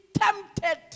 tempted